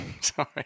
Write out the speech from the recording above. Sorry